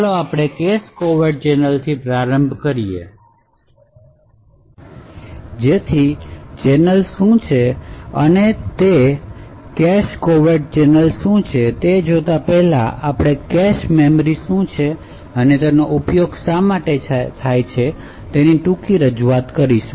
ચાલો આપણે cache covert ચેનલથી પ્રારંભ કરીએ જેથી ચેનલ શું છે તે કેશ કેશ કોવેર્ટ ચેનલ શું છે તે જોતાં પહેલાં આપણે કેશ મેમરી શું છે અને તેનો ઉપયોગ શા માટે થાય છે તેની ટૂંકી રજૂઆત કરીશું